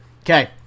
Okay